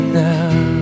now